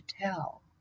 tell